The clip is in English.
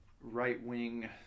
right-wing